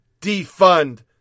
defund